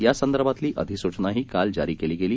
यासंदर्भातलीअधिसूचनाहीकालजारीकेलीगेली